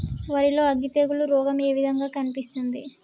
వరి లో అగ్గి తెగులు రోగం ఏ విధంగా కనిపిస్తుంది?